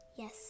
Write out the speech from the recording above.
Yes